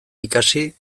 ikasi